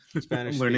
spanish